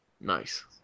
Nice